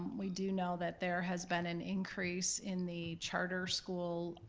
we do know that there has been an increase in the charter school